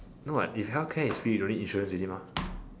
no what if healthcare is free don't need insurance already mah